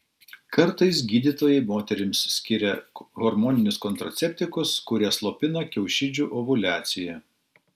kartais gydytojai moterims skiria hormoninius kontraceptikus kurie slopina kiaušidžių ovuliaciją